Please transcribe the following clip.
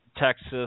Texas